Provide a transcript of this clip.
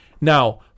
Now